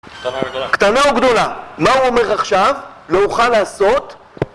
קטנה או גדולה? מה הוא אומר עכשיו? לא אוכל לעשות?